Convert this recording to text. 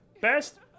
best